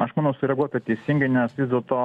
aš manau sureaguota teisingai nes vis dėlto